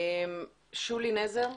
שולי נזר.